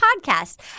podcast